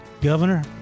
Governor